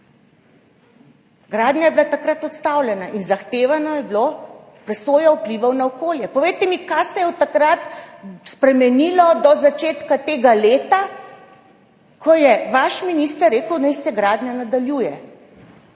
Gradnja je bila takrat ustavljena in zahtevana je bila presoja vplivov na okolje. Povejte mi, kaj se je spremenilo od takrat do začetka tega leta, ko jevaš minister rekel, naj se gradnja nadaljuje.